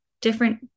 different